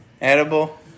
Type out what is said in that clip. Edible